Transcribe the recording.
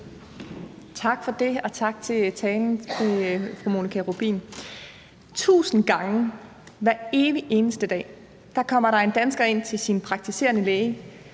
Tak for det, og tak for talen til fru Monika Rubin. Tusind gange hver evig eneste dag kommer en dansker ind til sin praktiserende læge,